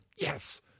Yes